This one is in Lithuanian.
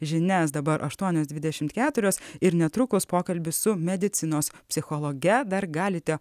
žinias dabar aštuonios dvidešimt keturios ir netrukus pokalbis su medicinos psichologe dar galite